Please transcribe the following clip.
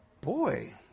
Boy